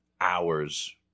hours